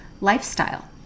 lifestyle